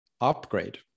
upgrade